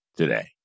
today